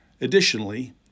Additionally